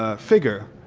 ah figure,